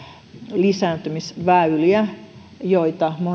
lisääntymisväyliä joita